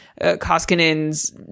Koskinen's